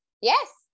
yes